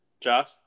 Josh